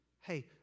Hey